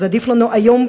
עדיף לנו היום,